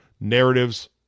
Narratives